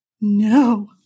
no